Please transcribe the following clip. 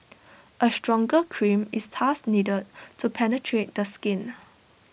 A stronger cream is thus needed to penetrate the skin